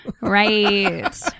Right